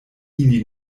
ili